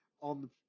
on